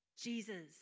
Jesus